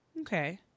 Okay